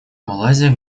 малайзия